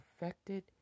affected